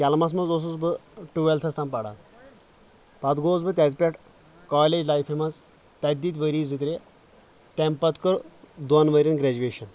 کیلمس منٛز اوسُس بہٕ ٹُویلتھس تام پران پتہٕ گوٚوس بہٕ تتہِ پٮ۪ٹھ کالیج لایفہِ منٛز تتہِ دِتۍ ؤری زِ ترٛےٚ تمہِ پتہٕ کٔر دۄن ؤرۍ ین گریجویشن